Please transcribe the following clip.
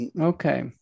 Okay